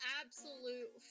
absolute